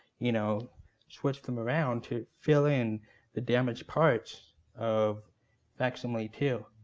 you know switched them around to fill in the damaged parts of facsimile two.